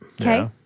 Okay